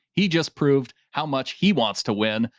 he just proved how much he wants to win.